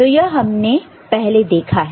तो यह हमने पहले देखा है